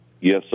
Yes